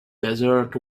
desert